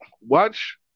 watch